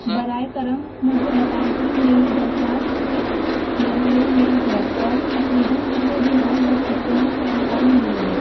برائے کرم مجھے بتائیں کہ میری درخواست کس مرحلے میں ہے اور تقریباً کتنے دن اور لگ سکتے ہیں پین کارڈ ملنے میں